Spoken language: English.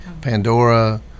Pandora